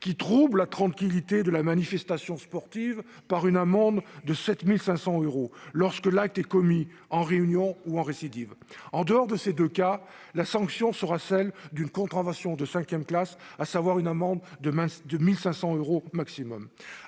qui troublent la tranquillité de la manifestation sportive, par une amende de 7 500 euros, lorsque l'acte est commis en réunion ou en récidive. En dehors de ces deux cas, la sanction sera celle d'une contravention de cinquième classe, à savoir une amende maximale de 1 500 euros.